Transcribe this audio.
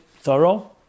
thorough